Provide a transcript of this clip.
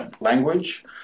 language